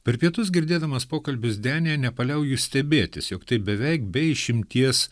per pietus girdėdamas pokalbius denyje nepaliauju stebėtis jog tai beveik be išimties